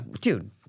Dude